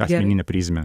asmeninė prizmė